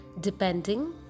depending